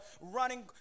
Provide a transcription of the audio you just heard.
running